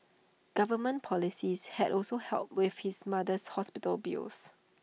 government policies had also helped with his mother's hospital bills